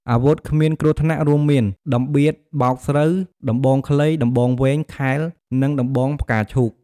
អាវុធគ្មានគ្រោះថ្នាក់ រួមមាន តម្បៀតបោកស្រូវ ដំបងខ្លី ដំបងវែង ខែល និងដំបងផ្កាឈូក។